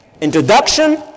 Introduction